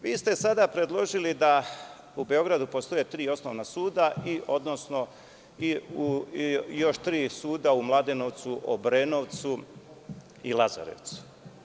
Vi ste sada predložili da u Beogradu postoje tri osnovna suda, odnosno još tri suda u Mladenovcu, Obrenovcu i Lazarevcu.